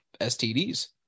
STDs